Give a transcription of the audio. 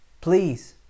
please